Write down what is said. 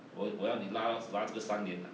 我我要你拉拉这个三年啊